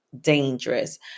dangerous